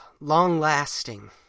long-lasting